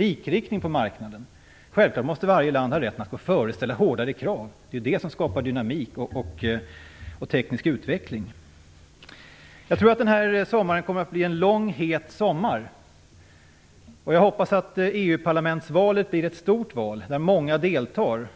likriktning på marknaden. Varje land måste självfallet har rätt att gå före och ställa hårdare krav. Det skapar dynamik och teknisk utveckling. Jag tror att den här sommaren kommer att bli en lång het sommar. Jag hoppas att valet till EU parlamentet blir ett stort val där många deltar.